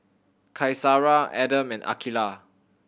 Qaisara Adam and Aqilah